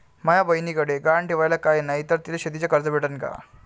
माया बयनीकडे गहान ठेवाला काय नाही तर तिले शेतीच कर्ज भेटन का?